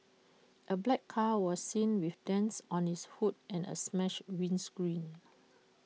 A black car was seen with dents on its hood and A smashed windscreen